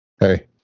hey